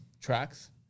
tracks